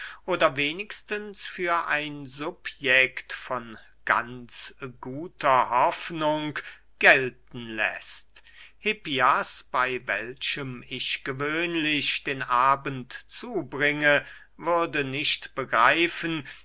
oder wenigstens für ein subjekt von ganz guter hoffnung gelten läßt hippias bey welchem ich gewöhnlich den abend zubringe würde nicht begreifen